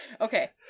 Okay